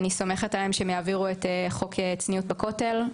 אני סומכת עליהם שהם יעבירו את חוק צניעות בכותל,